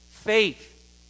Faith